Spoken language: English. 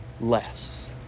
less